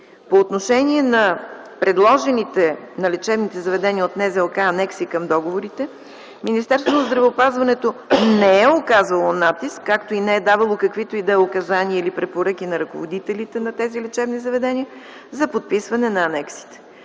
По отношение на предложените на лечебните заведения от Националната здравноосигурителна каса анекси към договорите, Министерство на здравеопазването не е оказало натиск, както и не е давало каквито и да е указания или препоръки на ръководителите на тези лечебни заведения за подписване на анексите.